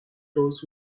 those